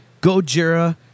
Gojira